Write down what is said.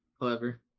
Clever